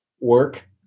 work